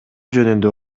жөнүндө